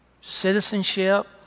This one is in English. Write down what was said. citizenship